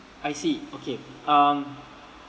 I see okay um